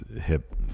hip-